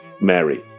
Mary